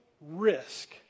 risk